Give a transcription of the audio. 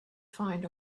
find